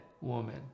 woman